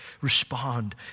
respond